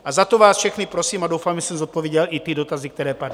O to vás všechny prosím a doufám, že jsem zodpověděl i ty dotazy, které padly.